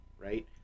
right